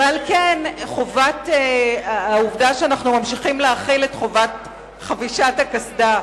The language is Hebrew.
ולכן העובדה שאנחנו ממשיכים להחיל את חובת חבישת הקסדה,